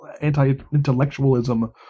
anti-intellectualism